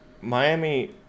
Miami